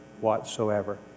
whatsoever